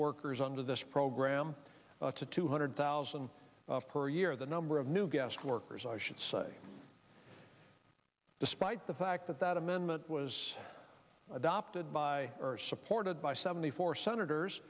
workers under this program to two hundred thousand per year the number of new guest workers i should say despite the fact that that amendment was adopted by supported by seventy four senators